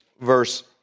verse